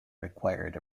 required